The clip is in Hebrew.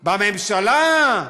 בממשלה,